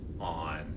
on